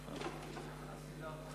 הכשרות המשפטית והאפוטרופסות (תיקון מס' 14),